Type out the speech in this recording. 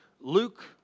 Luke